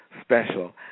special